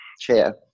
Chair